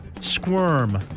Squirm